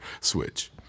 switch